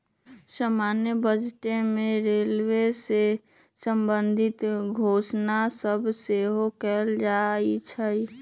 समान्य बजटे में रेलवे से संबंधित घोषणा सभ सेहो कएल जाइ छइ